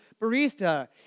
barista